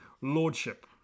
lordship